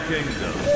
Kingdom